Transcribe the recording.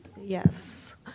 Yes